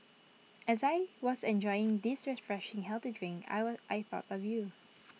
as I was enjoying this refreshing healthy drink I I thought of you